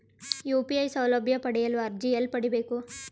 UPI ಸೌಲಭ್ಯ ಪಡೆಯಲು ಅರ್ಜಿ ಎಲ್ಲಿ ಪಡಿಬೇಕು?